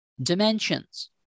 Dimensions